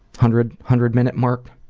hundred hundred minute mark?